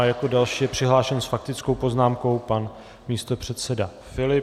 Jako další je přihlášen s faktickou poznámkou pan místopředseda Filip.